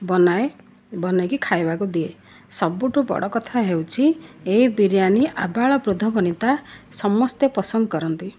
ବନାଏ ବନାଇକି ଖାଇବାକୁ ଦିଏ ସବୁଠୁ ବଡ଼ କଥା ହେଉଛି ଏହି ବିରିୟାନି ଆବାଳ ବୃଦ୍ଧ ବନିତା ସମସ୍ତେ ପସନ୍ଦ କରନ୍ତି